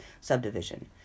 subdivision